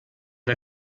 der